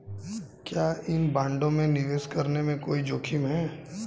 क्या इन बॉन्डों में निवेश करने में कोई जोखिम है?